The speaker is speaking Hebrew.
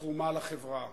גם בתרומה לחברה.